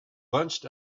bunched